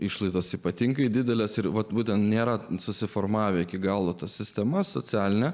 išlaidos ypatingai dideles ir vat dar nėra susiformavę iki galo ta sistema socialinę